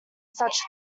such